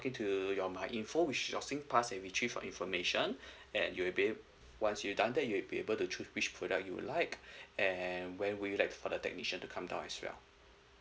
in to your Myinfo which is your Singpass and for information and you'll be ab~ once you done that you'd be able to choose which product you would like and when would you like for the technician to come down as well